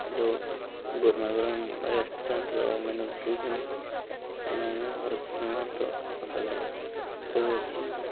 hello Garmagaram ରେଷ୍ଟୁରାଣ୍ଟ୍ର manager କହୁଛନ୍ତି ମୁଁ ହରେକୃଷ୍ଣ ମହାନ୍ତ ସଁସା ଗ୍ରାମ୍ କହୁଅଛି